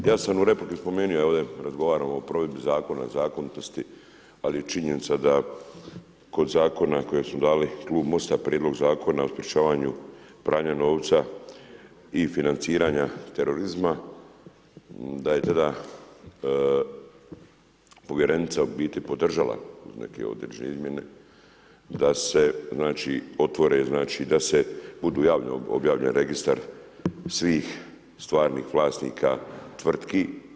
Ja sam u repliki spomenuo ovdje razgovaramo o provedbi zakona, zakonitosti, ali je činjenica da kod zakona koje su dali klub Most-a Prijedlog zakona o sprečavanju pranja novca i financiranja terorizma da je tada povjerenica u biti podržala neke određene izmjene da se znači otvore, znači da bude javno objavljen registar svih stvarnih vlasnika, tvrtki.